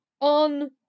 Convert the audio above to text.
on